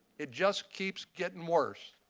it just keeps getting worse.